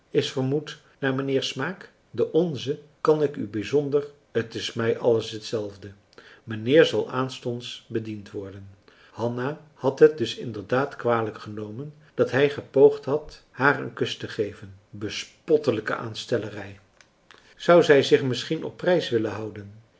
is vermouth naar mijnheers smaak den onze kan ik u bijzonder t is mij alles hetzelfde mijnheer zal aanstonds bediend worden hanna had het dus inderdaad kwalijk genomen dat hij gepoogd had haar een kus te geven bespottelijke aanstellerij zou zij zich misschien op prijs willen houden